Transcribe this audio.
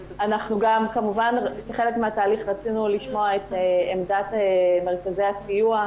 כמובן שכחלק מהתהליך רצינו לשמוע את עמדת מרכזי הסיוע,